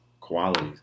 qualities